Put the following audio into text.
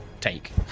take